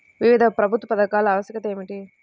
వివిధ ప్రభుత్వా పథకాల ఆవశ్యకత ఏమిటి?